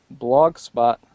blogspot